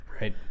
right